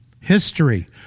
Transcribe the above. history